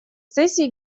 сессии